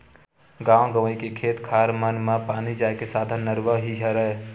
गाँव गंवई के खेत खार मन म पानी जाय के साधन नरूवा ही हरय